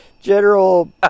General